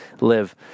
live